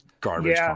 garbage